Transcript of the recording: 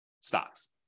stocks